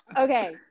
okay